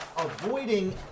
avoiding